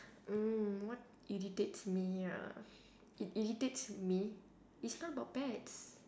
mm what irritates me uh it irritates me it's not about pets